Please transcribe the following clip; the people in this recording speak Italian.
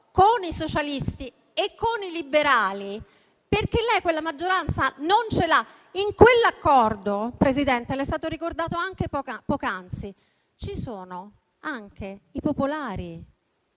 con i socialisti e con i liberali, perché lei quella maggioranza non ce l'ha. In quell'accordo, Presidente (le è stato ricordato poc'anzi), ci sono anche i popolari.